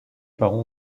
parents